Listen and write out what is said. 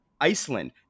Iceland